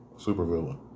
supervillain